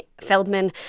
Feldman